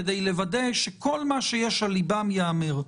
כדי לוודא שכל מה שיש על ליבם ייאמר.